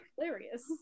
hilarious